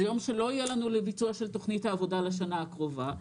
זה יום שלא יהיה לנו לביצוע של תוכנית העבודה לשנה הקרובה,